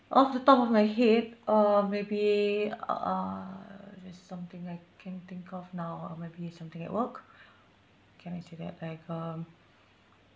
off the top of my head or maybe uh if it's something I can think of now or might be something at work can I say that like um